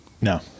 No